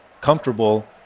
comfortable